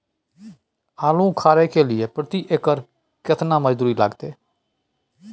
आलू उखारय के लिये प्रति एकर केतना मजदूरी लागते?